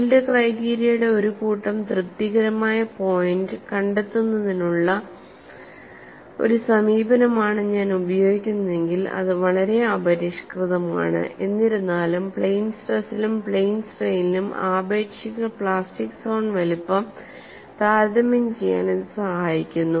yield ക്രൈറ്റീരിയയുടെ ഒരു കൂട്ടം തൃപ്തികരമായ പോയിന്റ് കണ്ടെത്തുന്നതിനുള്ള ഒരു സമീപനമാണ് ഞാൻ ഉപയോഗിക്കുന്നതെങ്കിൽ അത് വളരെ അപരിഷ്കൃതമാണ് എന്നിരുന്നാലും പ്ലെയ്ൻ സ്ട്രെസിലും പ്ലെയ്ൻ സ്ട്രെയ്നിലും ആപേക്ഷിക പ്ലാസ്റ്റിക് സോൺ വലുപ്പം താരതമ്യം ചെയ്യാൻ ഇത് സഹായിക്കുന്നു